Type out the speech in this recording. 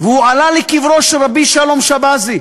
והוא עלה לקברו של רבי שלום שבזי,